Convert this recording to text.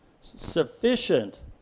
Sufficient